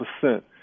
percent